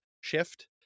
shift